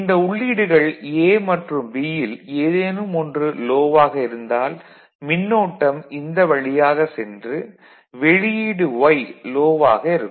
இந்த உள்ளீடுகள் A மற்றும் B ல் ஏதேனும் ஒன்று லோ ஆக இருந்தால் மின்னோட்டம் இந்த வழியாக சென்று வெளியீடு Y லோ ஆக இருக்கும்